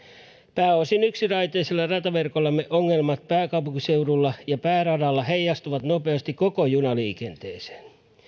pääosin yksiraiteisella rataverkollamme ongelmat pääkaupunkiseudulla ja pääradalla heijastuvat nopeasti koko junaliikenteeseen